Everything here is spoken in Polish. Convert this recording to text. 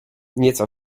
nieco